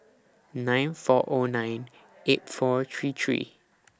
nine five Zero nine eight four three three